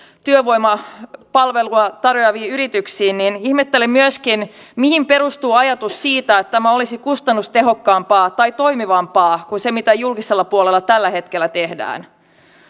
työvoimapalvelua tarjoaviin yrityksiin ihmettelen myöskin sitä mihin perustuu ajatus siitä että tämä olisi kustannustehokkaampaa tai toimivampaa kuin se mitä julkisella puolella tällä hetkellä tehdään